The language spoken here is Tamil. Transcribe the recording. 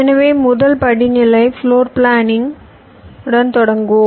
எனவே முதல் படிநிலை ஃப்ளோர் பிளானிங் உடன் தொடங்குவோம்